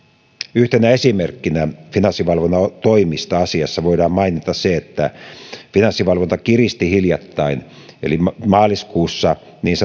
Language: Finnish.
yhtenä esimerkkinä finanssivalvonnan toimista asiassa voidaan mainita se että finanssivalvonta kiristi hiljattain maaliskuussa niin